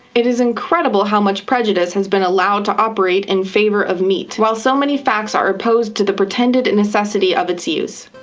it is incredible how much prejudice has been allowed to operate in favour of meat, while so many facts are opposed to the pretended and necessity of its use.